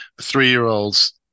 Three-year-olds